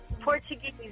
Portuguese